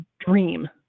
dream